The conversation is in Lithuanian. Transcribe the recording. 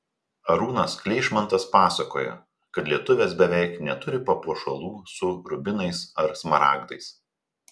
arūnas kleišmantas pasakojo kad lietuvės beveik neturi papuošalų su rubinais ar smaragdais